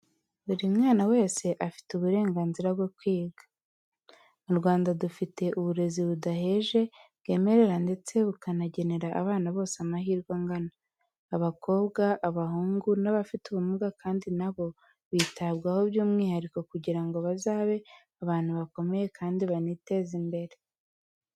Buri mwana wese afite uburenganzira bwo kwiga. Mu Rwanda, dufite uburezi budaheje bwemerera ndetse bukanagenera abana bose amahirwe angana. Abakobwa, abahungu n'abafite ubumuga kandi na bo bitabwaho by'umwihariko kugira ngo bazabe abantu bakomeye kandi baniteze imbere.